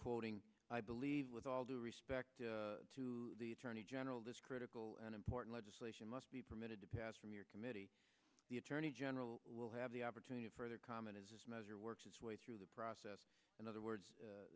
quoting i believe with all due respect to the attorney general this critical and important legislation must be permitted to pass from your committee the attorney general will have the opportunity of further comment as measure works its way through the process in other words